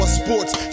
sports